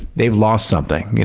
they've lost something. and